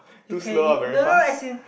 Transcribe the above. too slow or very fast